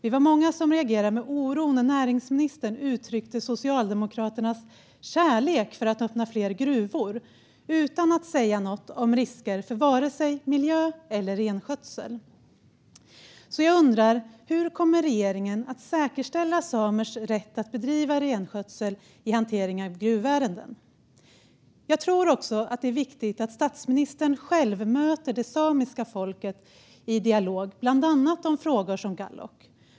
Vi var många som reagerade med oro när näringsministern uttryckte Socialdemokraternas kärlek till att öppna fler gruvor utan att säga något om risker för vare sig miljö eller renskötsel. Så jag undrar: Hur kommer regeringen att säkerställa samers rätt att bedriva renskötsel vid hantering av gruvärenden? Jag tror också att det är viktigt att statsministern själv möter det samiska folket i dialog, bland annat om frågor som Gállok.